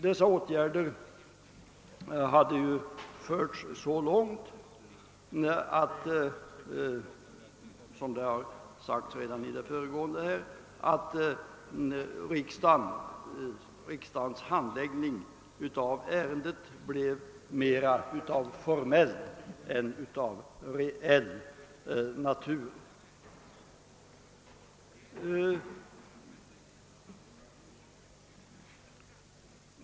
Dessa åtgärder hade ju förts så långt att — såsom sagts i det föregående — riksdagens handläggning av ärendet blev av mera formell än reell art.